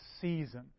season